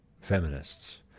feminists